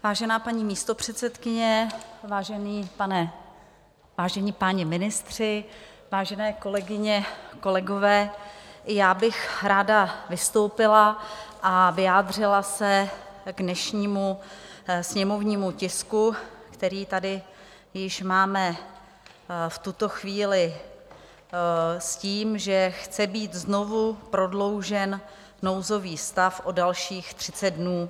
Vážená paní místopředsedkyně, vážení páni ministři, vážené kolegyně, kolegové, i já bych ráda vystoupila a vyjádřila se k dnešnímu sněmovnímu tisku, který tady již máme v tuto chvíli s tím, že chce být znovu prodloužen nouzový stav o dalších 30 dnů.